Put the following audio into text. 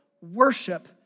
worship